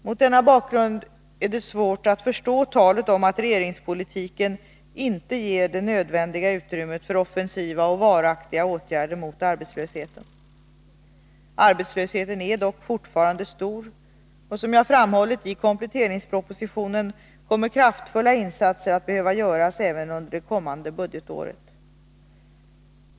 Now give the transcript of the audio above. Mot denna bakgrund är det svårt att förstå talet om att regeringspolitiken inte ger det nödvändiga utrymmet för offensiva och varaktiga åtgärder mot arbetslösheten. Arbetslösheten är dock fortfarande stor, och som jag framhållit i kompletteringspropositionen kommer kraftfulla insatser att behöva göras även under det kommande budgetåret.